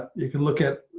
you can look at,